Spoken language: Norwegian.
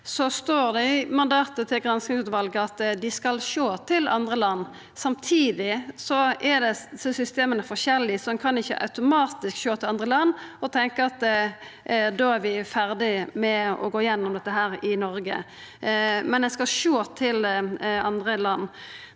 står det i mandatet til granskingsutvalet at dei skal sjå til andre land. Samtidig er desse systema forskjellige, så ein kan ikkje automatisk sjå til andre land og tenkja at vi da er ferdige med å gå gjennom dette i Noreg. Men ein skal sjå til andre land.